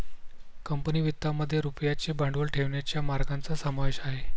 company वित्तामध्ये रुपयाचे भांडवल ठेवण्याच्या मार्गांचा समावेश आहे